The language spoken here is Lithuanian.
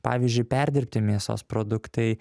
pavyzdžiui perdirbti mėsos produktai